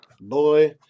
Boy